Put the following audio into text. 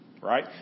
right